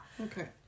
Okay